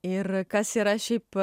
ir kas yra šiaip